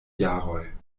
jaroj